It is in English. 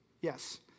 Yes